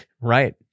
Right